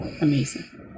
amazing